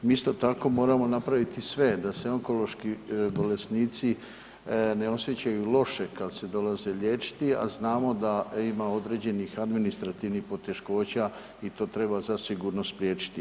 Mi isto tako moramo napraviti sve da se onkološki bolesnici ne osjećaju loše kada se dolaze liječiti, a znamo da ima određenih administrativnih poteškoća i to treba zasigurno spriječiti.